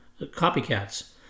copycats